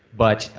but